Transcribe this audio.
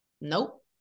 nope